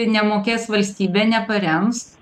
nemokės valstybė neparems